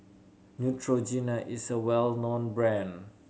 Neutrogena is a well known brand